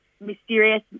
mysterious